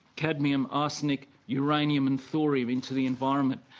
cadmium, arsenic, uranium and thorium into the environment.